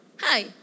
Hi